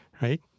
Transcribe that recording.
right